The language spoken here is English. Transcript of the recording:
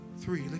three